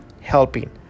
helping